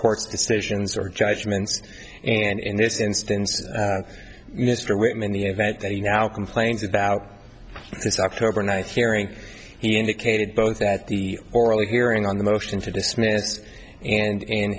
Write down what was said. court's decisions or judgments and in this instance mr whitman the event that he now complains about this october ninth hearing he indicated both that the oral hearing on the motion to dismiss and in